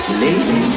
lady